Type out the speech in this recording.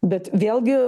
bet vėlgi